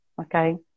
Okay